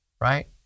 right